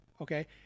Okay